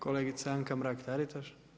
Kolegica Anka Mrak-Taritaš.